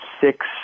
six